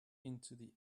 into